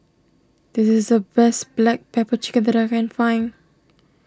this is the best Black Pepper Chicken that I can find